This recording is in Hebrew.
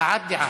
הבעת דעה.